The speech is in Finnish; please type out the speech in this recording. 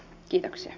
kiitoksia